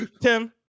Tim